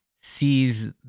sees